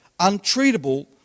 untreatable